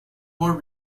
more